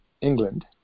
England